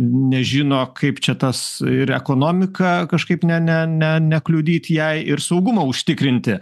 nežino kaip čia tas ir ekonomika kažkaip ne ne ne nekliudyt jai ir saugumą užtikrinti